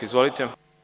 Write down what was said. Izvolite.